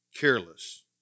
Careless